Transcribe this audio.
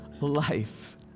life